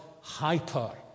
hyper